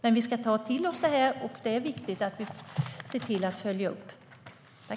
Men vi ska ta till oss det här, och det är viktigt att vi ser till att följa upp det.